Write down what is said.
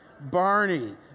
Barney